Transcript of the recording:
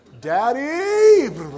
Daddy